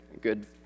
good